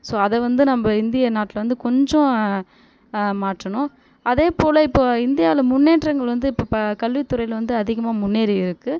so அதை வந்து நம்ம இந்திய நாட்டில் வந்து கொஞ்சம் மாற்றணும் அதேபோல் இப்போ இந்தியாவில் முன்னேற்றங்கள் வந்து இப்போ கல்வித்துறையில் வந்து அதிகமாக முன்னேறி இருக்குது